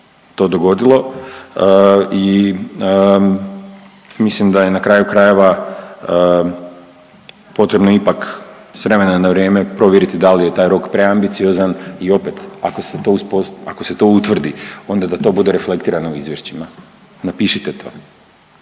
to dogodilo i mislim da je na kraju krajeva potrebno ipak s vremena na vrijeme provjeriti da li je taj rok preambiciozan i opet ako se to uspost…, ako se to utvrdi onda da to bude reflektirano u izvješćima, napišite to.